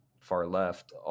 far-left